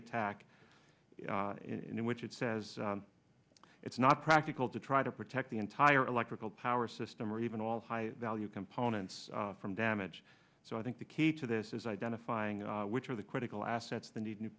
attack in which it says it's not practical to try to protect the entire electrical power system or even all high value components from damage so i think the key to this is identifying which are the critical assets th